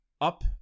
up